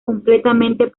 completamente